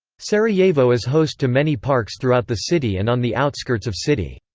sarajevo is host to many parks throughout the city and on the outskirts of city.